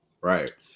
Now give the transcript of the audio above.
Right